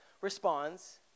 responds